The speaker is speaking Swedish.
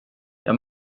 jag